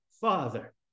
Father